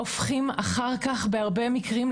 הופכים אחר כך בהרבה מקרים,